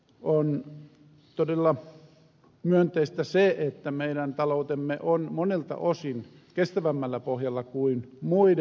on todella myönteistä se että meidän taloutemme on monilta osin kestävämmällä pohjalla kuin muiden